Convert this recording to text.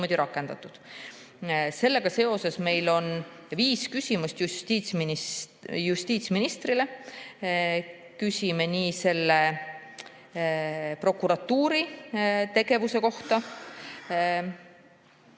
niimoodi rakendatud. Sellega seoses on meil viis küsimust justiitsministrile. Küsime prokuratuuri tegevuse kohta,